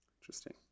interesting